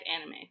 anime